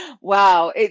Wow